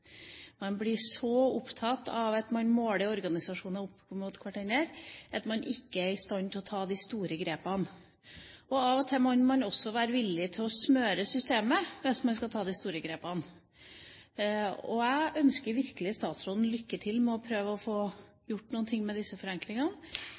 Man blir så opptatt av å måle organisasjoner opp mot hverandre at man ikke er i stand til å ta de store grepene. Av og til må man også være villig til å smøre systemet hvis man skal ta de store grepene, og jeg ønsker virkelig statsråden lykke til med å prøve å få